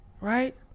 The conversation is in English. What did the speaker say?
right